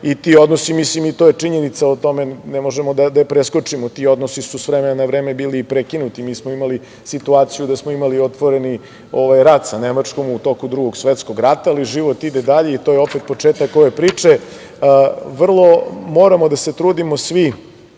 Ti odnosi su, to je činjenica i ne možemo da je preskočimo, ti odnosi su sa vremena na vreme bili i prekinuti. Mi smo imali situaciju da smo imali otvoreni rat sa Nemačkom u toku Drugog svetskog rata, ali život ide dalje i to je opet početak ove priče. Moramo da se trudimo svi